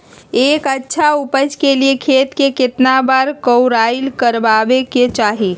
एक अच्छा उपज के लिए खेत के केतना बार कओराई करबआबे के चाहि?